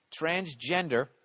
Transgender